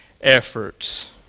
efforts